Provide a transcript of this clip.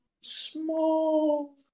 small